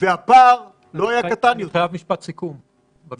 והפער לא היה קטן יותר -- משפט סיכום בבקשה.